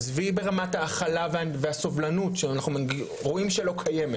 עזבי ברמת ההכלה והסובלנות שאנחנו רואים שלא קיימת,